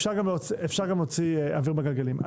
אפשר גם להוציא אוויר בגלגלים.